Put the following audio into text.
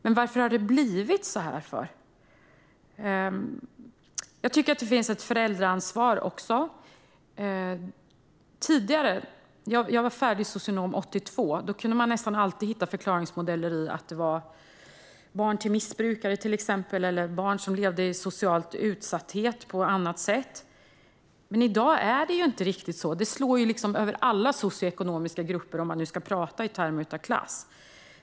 Men varför har det blivit så här? Jag tycker att det även finns ett föräldraansvar. Jag var färdig socionom 1982, och då kunde man nästan alltid hitta förklaringar i att det gällde barn till missbrukare eller barn som på annat sätt levde i social utsatthet. I dag är det dock inte riktigt så, utan det slår över alla socioekonomiska grupper - om man nu ska prata i termer av klass.